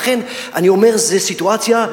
לכן אני אומר: זה סיטואציה,